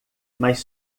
mas